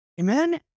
Amen